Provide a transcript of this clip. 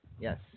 Yes